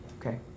Okay